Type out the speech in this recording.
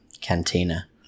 cantina